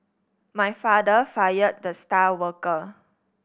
my father fired the star worker